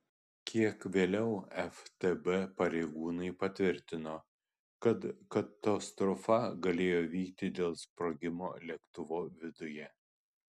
kiek vėliau ftb pareigūnai patvirtino kad katastrofa galėjo įvykti dėl sprogimo lėktuvo viduje